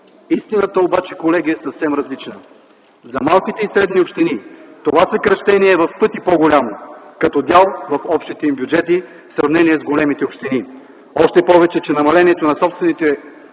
Истината обаче, колеги, е съвсем различна. За малките и средните общини това съкращение е в пъти по-голямо като дял в общите им бюджети в сравнение с големите общини. Още повече, че намалението на собствените